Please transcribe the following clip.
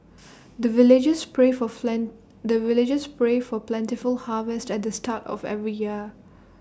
the villagers pray for friend the villagers pray for plentiful harvest at the start of every year